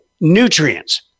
nutrients